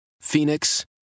Phoenix